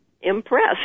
impressed